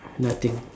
nothing